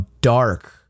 dark